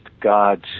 God's